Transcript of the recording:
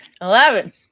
Eleven